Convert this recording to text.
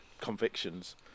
convictions